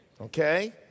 Okay